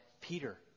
Peter